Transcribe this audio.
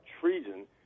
treason